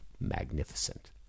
magnificent